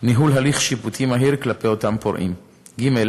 ניהול הליך שיפוטי מהיר כלפי אותם פורעים, ג.